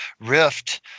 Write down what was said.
rift